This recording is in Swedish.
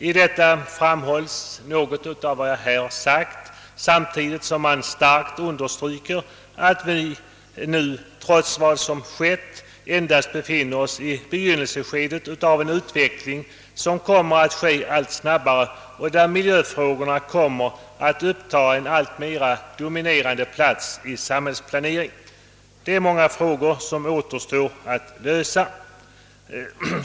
I detta framhålles vad jag här sagt, samtidigt som det starkt understrykes att vi nu, trots vad som skett, endast befinner oss i begynnelseskedet av en utveckling som kommer att löpa allt snabbare och där miljöfrågorna kommer att uppta en alltmer dominerande del av samhällsplaneringen. Det är många frågor som återstår att lösa.